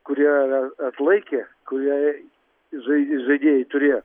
kurią a atlaikė kurią žai žaidėjai turėjo